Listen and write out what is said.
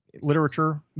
literature